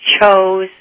chose